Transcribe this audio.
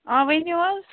آ ؤنِو حظ